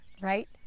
right